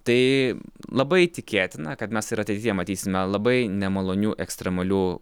tai labai tikėtina kad mes ir ateityje matysime labai nemalonių ekstremalių